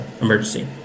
emergency